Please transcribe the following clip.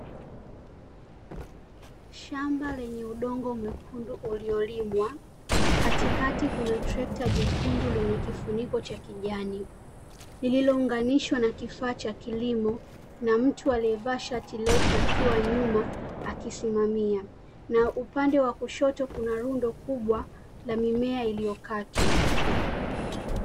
Shamba lenye udongo mwekundu uliolimwa, katikati kuna trekta jekundu lenye kifuniko cha kijani. Lililoungaishwa na kifaa cha kilimo na mtu aliyevaa shati leupe akiwa nyuma, akisimamia. Na upande wa kushoto kuna rundo kubwa la mimea iliyokatwa.